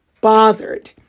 bothered